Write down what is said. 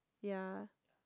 ya